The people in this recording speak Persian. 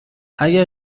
اگر